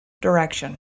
direction